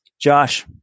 josh